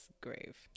grave